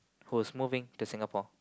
who's moving to Singapore